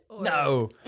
no